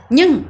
Nhưng